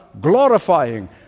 glorifying